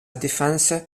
défense